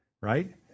right